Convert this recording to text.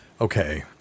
Okay